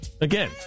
again